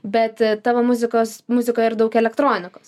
bet tavo muzikos muzikoj ir daug elektronikos